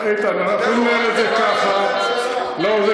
איתן, אנחנו נאמר את זה ככה, לא הייתה לכם ברירה.